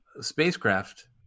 spacecraft